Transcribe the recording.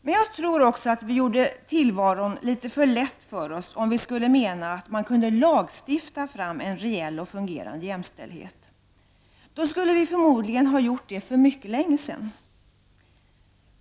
Men jag tror att vi gjorde tillvaron litet för lätt för oss om vi skulle mena att man kunde lagstifta fram en reell och fungerande jämställdhet. Då skulle vi förmodligen ha gjort det för mycket länge sedan.